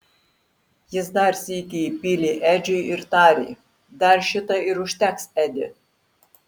jis dar sykį įpylė edžiui ir tarė dar šitą ir užteks edi